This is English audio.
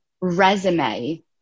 resume